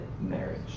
marriage